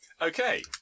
Okay